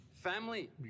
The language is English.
family